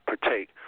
partake